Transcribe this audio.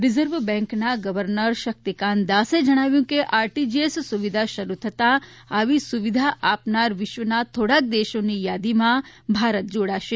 reserve બેંકના governor શક્તિકાન્તદાસે જણાવ્યું છે કે આરટીજીએસ સુવિધા શરૂ થતાં આવી સુવિધા આપનાર વિશ્વના થોડાક દેશોની યાદીમાં ભારત જોડાશે